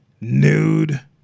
Nude